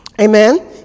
Amen